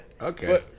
Okay